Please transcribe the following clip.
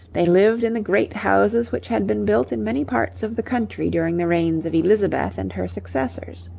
they lived in the great houses, which had been built in many parts of the country during the reigns of elizabeth and her successors.